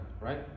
right